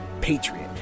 patriot